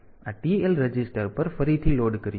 આ TL register પર ફરીથી લોડ કર્યું